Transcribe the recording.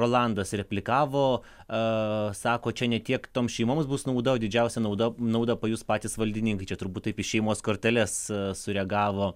rolandas replikavo a sako čia ne tiek toms šeimoms bus nauda o didžiausia nauda naudą pajus patys valdininkai čia turbūt taip į šeimos korteles sureagavo